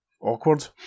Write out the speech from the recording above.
Awkward